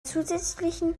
zusätzlichen